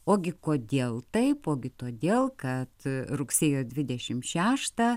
ogi kodėl taip ogi todėl kad rugsėjo dvidešimt šeštą